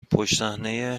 پشتصحنهی